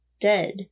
dead